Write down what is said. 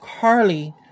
Carly